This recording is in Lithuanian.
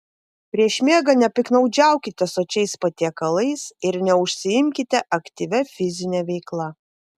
prieš miegą nepiktnaudžiaukite sočiais patiekalais ir neužsiimkite aktyvia fizine veikla